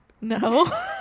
No